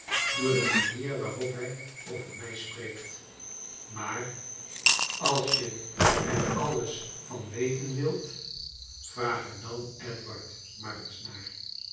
door de manier waarop hij over mij spreekt maar als je er alles van weten wilt vraag er dan edward maar eens naar